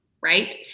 right